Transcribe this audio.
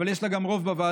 אבל יש לה גם רוב בוועדות,